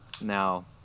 now